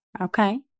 Okay